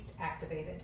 activated